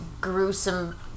gruesome